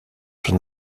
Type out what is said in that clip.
schon